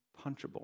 punchable